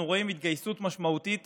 אנחנו רואים התגייסות משמעותית